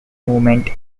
movement